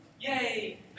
yay